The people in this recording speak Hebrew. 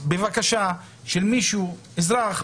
בבקשה לגבי אזרח,